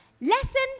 Lesson